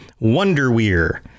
Wonderweir